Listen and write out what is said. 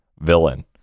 villain